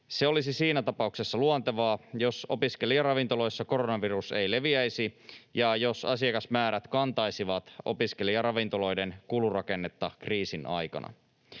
Se olisi siinä tapauksessa luontevaa, jos opiskelijaravintoloissa koronavirus ei leviäisi ja jos asiakasmäärät kantaisivat opiskelijaravintoloiden kulurakennetta kriisin aikana.